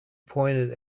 pointed